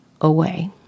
away